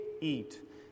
eat